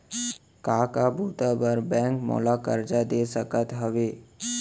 का का बुता बर बैंक मोला करजा दे सकत हवे?